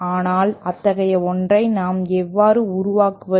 ஆனால் அத்தகைய ஒன்றை நாம் எவ்வாறு உருவாக்குவது